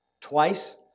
twice